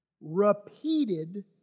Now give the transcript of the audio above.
repeated